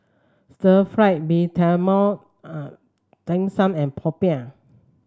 Stir Fry Mee Tai Mak Dim Sum and Popiah